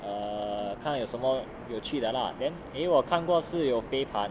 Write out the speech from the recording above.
err 看有什么有趣的 lah then eh 我看过是有飞盘